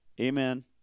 amen